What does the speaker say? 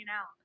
out